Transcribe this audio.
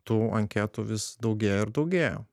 tų anketų vis daugėja ir daugėja